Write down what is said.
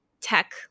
tech